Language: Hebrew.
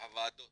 הוועדות